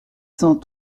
cent